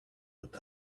but